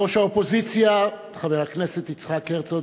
ראש האופוזיציה חבר הכנסת יצחק הרצוג